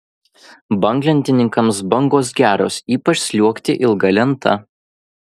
banglentininkams bangos geros ypač sliuogti ilga lenta